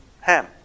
Ham